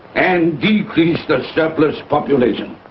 and decrease the surplus population.